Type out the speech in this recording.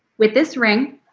with this ring.